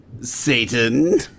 Satan